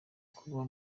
kuba